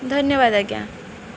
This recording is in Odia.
ଧନ୍ୟବାଦ ଆଜ୍ଞା